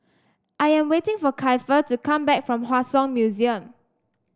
I am waiting for Keifer to come back from Hua Song Museum